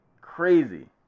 Crazy